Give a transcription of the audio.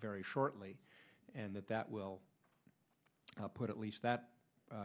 very shortly and that that will put at least that